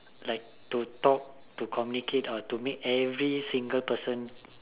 like to talk to communicate or to make every single person